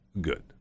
Good